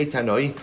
Tanoi